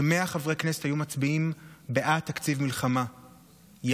ש-100 חברי כנסת היו מצביעים בעד תקציב מלחמה יחד.